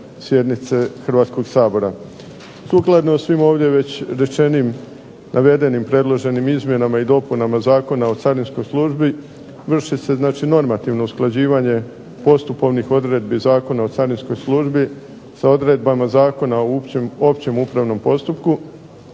Sukladno svim ovdje već rečenim navedenim predloženim izmjenama i dopunama Zakona o carinskoj službi, vrši se znači normativno usklađivanje postupovnih odredbi Zakona o carinskoj službi sa odredbama Zakona o općem upravnom postupku,